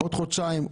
עוד חודשיים,